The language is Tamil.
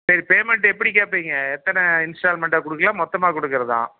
சரி பேமெண்ட் எப்படி கேட்பீங்க எத்தனை இன்ஸ்ட்டால்மெண்ட்டாக கொடுக்கலாம் மொத்தமாக கொடுக்கறதா